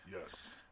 Yes